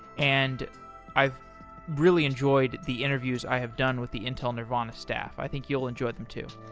and i really enjoyed the interviews i have done with the intel nervana stuff. i think you'll enjoy them too